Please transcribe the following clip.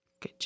Good